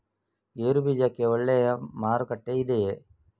ಗೇರು ಬೀಜಕ್ಕೆ ಒಳ್ಳೆಯ ಮಾರುಕಟ್ಟೆ ಇದೆಯೇ?